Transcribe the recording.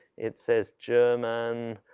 it says german,